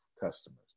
customers